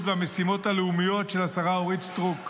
והמשימות הלאומיות של השרה אורית סטרוק,